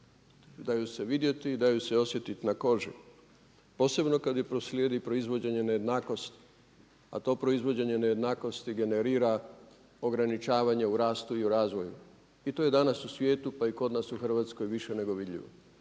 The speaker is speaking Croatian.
daju se vidjeti i daju se osjetiti na koži posebno kad je posrijedi proizvođenje nejednakosti, a to proizvođenje nejednakosti generira ograničavanje u rastu i u razvoju i to je danas u svijetu pa i kod nas u Hrvatskoj više nego vidljivo.